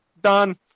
done